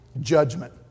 judgment